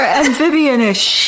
amphibian-ish